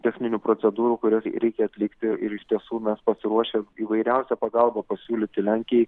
techninių procedūrų kurias reikia atlikti ir iš tiesų mes pasiruošę įvairiausią pagalbą pasiūlyti lenkijai